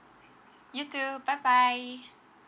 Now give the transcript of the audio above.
you too bye bye